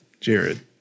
Jared